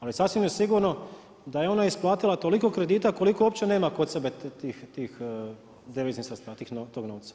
Ali sasvim je sigurno da je ona isplatila toliko kredita, koliko uopće nema kod sebe tih deviznih sredstava, tog novca.